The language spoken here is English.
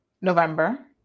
November